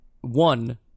one